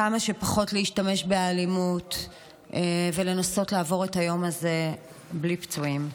כמה שפחות להשתמש באלימות ולנסות לעבור את היום הזה בלי פצועים.